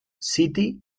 city